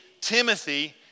Timothy